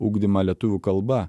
ugdymą lietuvių kalba